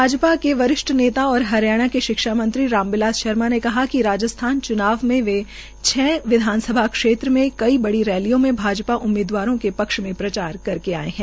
भाजपा के वरिष्ठ नेता और हरियाणा के शिक्षा मंत्री राम बिलास शर्मा ने कहा कि राजस्थान मे वे छ विधानसभा क्षेत्र में कई बड़ी रैलियों में भाजपा उम्मीदवारों के पक्ष में प्रचार करके आए है